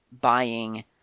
buying